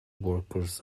workers